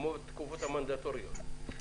כמו בתקופות המנדטוריות.